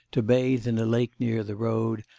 to bathe in a lake near the road,